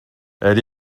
elle